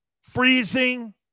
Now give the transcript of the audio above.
freezing